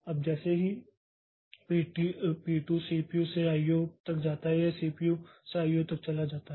अब जैसे ही P2 सीपीयू से आईओ तक जाता है यह सीपीयू से आईओतक चला जाता है